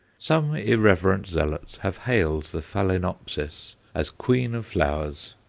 some irreverent zealots have hailed the phaloenopsis as queen of flowers,